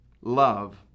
love